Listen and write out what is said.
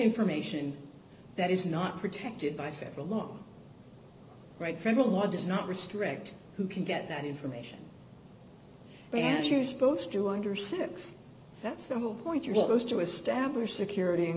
information that is not protected by federal law right federal law does not restrict who can get that information and you're supposed to under six that's the whole point your book is to establish security in